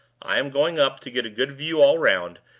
i am going up to get a good view all round,